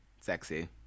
Sexy